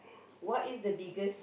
what is the biggest